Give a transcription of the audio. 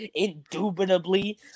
indubitably